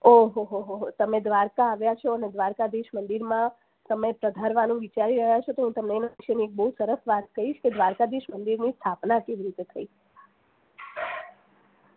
ઓહહ ઓહો હો તમે દ્વારકા આવ્યા છો ને દ્વારકાધીશ મંદિરમાં તમે પધારવાનું વિચારી રહ્યા છો તો હું તમને બહુ સરસ વાત કહીશ કે દ્વારકાધીશ મંદિરની સ્થાપના કેવી રીતે થઈ